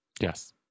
Yes